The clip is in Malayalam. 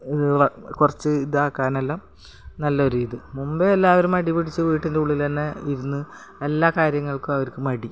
കുറച്ച് ഇതാക്കാനെല്ലാം നല്ലൊരു ഇത് മുമ്പെല്ലാവരും മടി പിടിച്ച് വീട്ടിൻ്റെ ഉള്ളിൽ തന്നെ ഇരുന്ന് എല്ലാ കാര്യങ്ങൾക്കും അവർക്ക് മടി